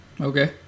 Okay